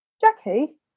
Jackie